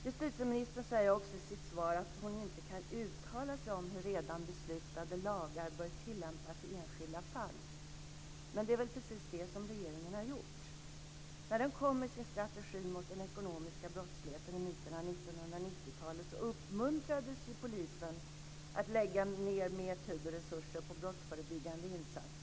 Justitieministern sade också i sitt svar att hon inte kan uttala sig om hur redan beslutade lagar bör tilllämpas i enskilda fall. Men det är väl precis vad regeringen har gjort? När den kom med sin strategi mot den ekonomiska brottsligheten i mitten av 1990-talet uppmuntrades ju polisen att lägga ned mer tid och resurser på brottsförebyggande insatser.